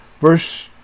Verse